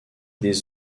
des